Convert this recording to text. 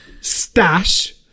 stash